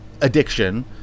addiction